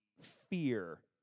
fear